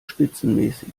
spitzenmäßig